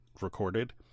recorded